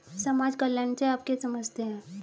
समाज कल्याण से आप क्या समझते हैं?